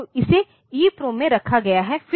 तो इसे ईप्रोम में रखा गया है